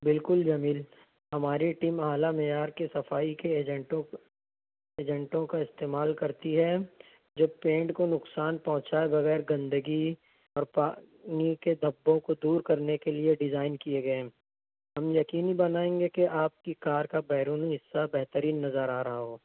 بالکل جمیل ہماری ٹیم اعلیٰ معیار کے صفائی کے ایجنٹوں کو ایجنٹوں کا استعمال کرتی ہے جو پینٹ کو نقصان پہنچائے بغیر گندگی اور پانی کے دھبوں کو دور کرنے کے لئے ڈیزائن کئے گئے ہیں ہم یقینی بنائیں گے کہ آپ کی کار کا بیرونی حصہ بہترین نظر آ رہا ہو